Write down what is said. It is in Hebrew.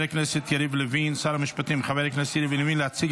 חבר הכנסת ושר המשפטים יריב לוין להציג